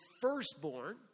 firstborn